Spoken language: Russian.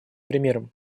примером